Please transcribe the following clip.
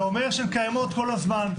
זה אומר שהן קיימות כל הזמן.